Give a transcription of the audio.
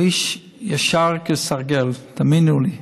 הוא איש ישר כסרגל, תאמינו לי.